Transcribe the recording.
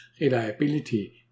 Reliability